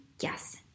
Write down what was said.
yes